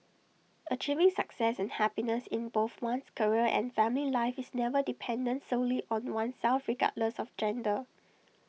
achieving success and happiness in both one's career and family life is never dependent solely on oneself regardless of gender